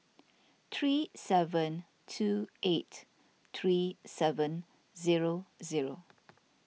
three seven two eight three seven zero zero